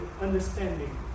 understanding